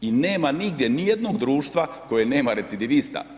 I nema nigdje nijednog društva koje nema recidivista.